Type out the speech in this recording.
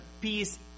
peace